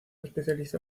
especializó